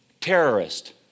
terrorist